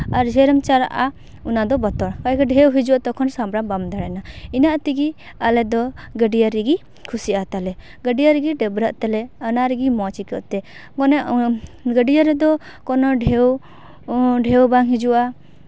ᱟᱨ ᱡᱷᱟᱹᱞ ᱮᱢ ᱪᱟᱞᱟᱜᱼᱟ ᱚᱱᱟ ᱫᱚ ᱵᱚᱛᱚᱨ ᱚᱱᱠᱟᱜᱮ ᱰᱷᱮᱣ ᱦᱤᱡᱩᱜᱼᱟ ᱛᱚᱠᱷᱚᱱ ᱥᱟᱢᱵᱲᱟᱣ ᱵᱟᱢ ᱫᱟᱲᱮᱱᱟ ᱤᱱᱟᱹ ᱛᱮᱜᱮ ᱟᱞᱮ ᱫᱚ ᱜᱟᱹᱰᱭᱟᱹ ᱨᱮᱜᱮ ᱠᱷᱩᱥᱤᱜᱼᱟ ᱛᱟᱞᱮ ᱜᱟᱹᱰᱭᱟᱹ ᱨᱮᱜᱮ ᱰᱟᱹᱵᱽᱨᱟᱹᱜ ᱛᱮᱞᱮ ᱚᱱᱟ ᱨᱮᱜᱮ ᱢᱚᱡᱽ ᱟᱹᱭᱠᱟᱹᱜ ᱛᱮ ᱢᱟᱱᱮ ᱜᱟᱹᱰᱭᱟᱹ ᱨᱮᱫᱚ ᱠᱚᱱᱳ ᱰᱷᱮᱣ ᱰᱷᱮᱣ ᱵᱟᱝ ᱦᱤᱡᱩᱜᱼᱟ